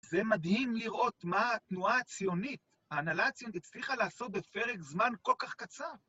זה מדהים לראות מה התנועה הציונית, ההנהלה הציונית, הצליחה לעשות בפרק זמן כל כך קצר.